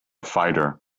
fighter